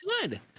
good